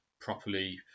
properly